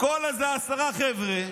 כל איזה עשרה חבר'ה